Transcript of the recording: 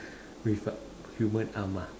with human arms ah